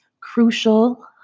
crucial